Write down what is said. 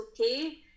okay